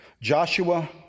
Joshua